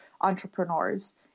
entrepreneurs